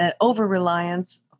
over-reliance